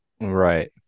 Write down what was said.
Right